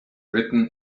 written